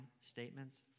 statements